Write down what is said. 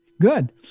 Good